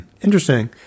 Interesting